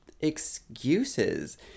excuses